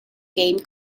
game